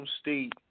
state